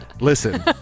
Listen